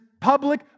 public